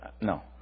no